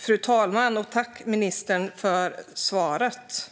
Fru talman! Tack, ministern, för svaret!